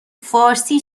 فارسی